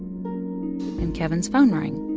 and kevin's phone rang.